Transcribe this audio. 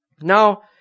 Now